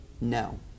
no